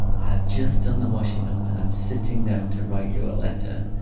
i've just done the washing up and i'm sitting down to write you a letter.